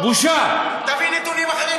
זו האמת.